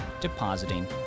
depositing